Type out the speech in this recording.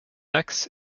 axe